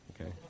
Okay